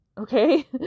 Okay